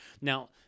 now